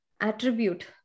attribute